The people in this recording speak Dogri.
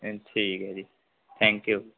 ठीक ऐ जी थैक्यू जी